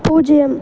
பூஜ்ஜியம்